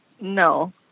No